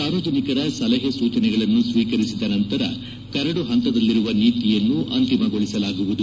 ಸಾರ್ವಜನಿಕರ ಸಲಹೆ ಸೂಚನೆಗಳನ್ನು ಸ್ನೀಕರಿಸಿದ ನಂತರ ಕರಡು ಹಂತದಲ್ಲಿರುವ ನೀತಿಯನ್ನು ಅಂತಿಮಗೊಳಿಸಲಾಗುವುದು